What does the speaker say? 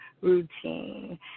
routine